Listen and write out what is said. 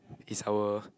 it's our